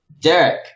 Derek